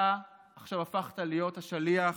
אתה עכשיו הפכת להיות השליח